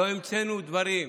לא המצאנו דברים.